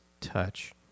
touch